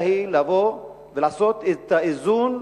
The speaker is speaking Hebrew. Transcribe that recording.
אלא לבוא ולעשות את האיזון